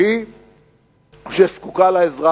הכי שזקוקה לעזרה,